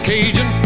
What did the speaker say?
Cajun